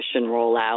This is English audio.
rollout